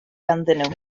ganddyn